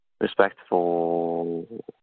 respectful